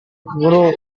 guru